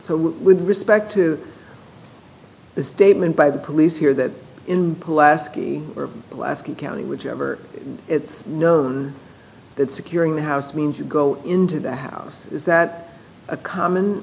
so with respect to the statement by the police here that in alaska or alaska county whichever it's known that securing the house means you go into the house is that a common